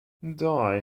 dye